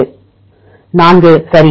4 சரி